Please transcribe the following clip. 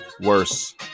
worse